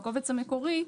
בקובץ המקורי,